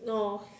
no